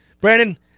Brandon